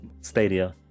Stadia